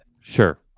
Sure